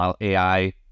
AI